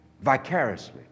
vicariously